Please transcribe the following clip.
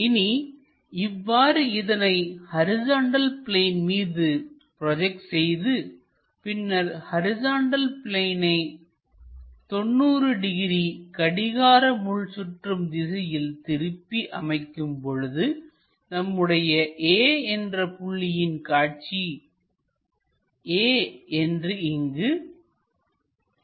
இனி இவ்வாறு இதனை ஹரிசாண்டல் பிளேன் மீது ப்ரோஜெக்ட் செய்து பின்னர் ஹரிசாண்டல் பிளேனை 90 டிகிரி கடிகார முள் சுற்றும் திசையில் திருப்பி அமைக்கும் பொழுது நம்முடைய A என்ற புள்ளியின் காட்சி a என்று இங்கு அமையும்